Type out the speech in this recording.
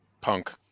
punk